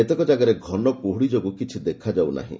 କେତେକ ଯାଗାରେ ଘନ କୁହ୍ନଡ଼ି ଯୋଗୁଁ କିଛି ଦେଖାଯାଉନାହିଁ